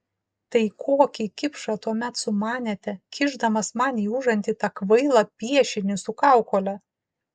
tai kokį kipšą tuomet sumanėte kišdamas man į užantį tą kvailą piešinį su kaukole